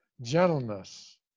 gentleness